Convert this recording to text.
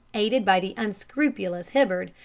aided by the unscrupulous hibbard,